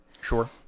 Sure